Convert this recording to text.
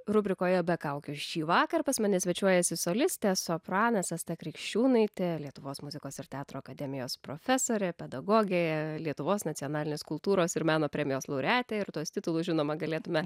rubrikoje be kaukių šįvakar pas mane svečiuojasi solistė sopranas asta krikščiūnaitė lietuvos muzikos ir teatro akademijos profesorė pedagogė lietuvos nacionalinės kultūros ir meno premijos laureatė ir tuos titulus žinoma galėtume